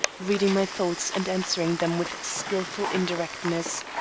reading my thoughts and answering them with skilful indirectness.